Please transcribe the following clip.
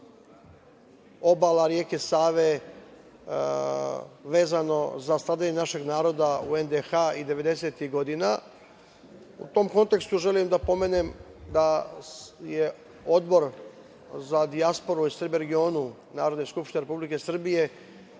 obala reke Save vezano za stradanje našeg naroda u NDH i devedesetih godina.U tom kontekstu želim da pomenem da je Odbor za dijasporu i Srbe u regionu Narodne skupštine Republike Srbije